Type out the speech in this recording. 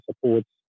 supports